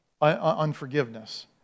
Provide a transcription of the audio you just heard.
unforgiveness